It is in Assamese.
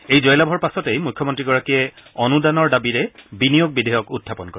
এই জয়লাভৰ পাছতেই মুখ্যমন্ত্ৰীগৰাকীয়ে অনুদানৰ দাবীৰে বিনিয়োগ বিধেয়ক উখাপন কৰে